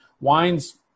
wines